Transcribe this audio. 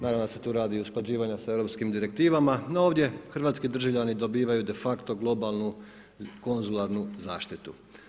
Naravno da se tu radi i o usklađivanja s europskim direktivama, no ovdje hrvatski državljani dobivaju de facto globalnu konzularnu zaštitu.